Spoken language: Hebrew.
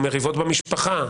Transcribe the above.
או מריבות במשפחה,